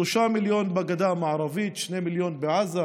שלושה מיליון בגדה המערבית ושני מיליון בעזה,